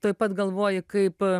tuoj pat galvoji kaip